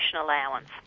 allowance